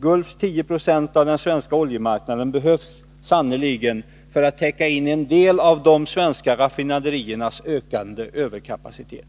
Gulfs 10 26 av den svenska oljemarknaden behövs sannerligen för att täcka in en del av de svenska raffinaderiernas ökande överkapacitet.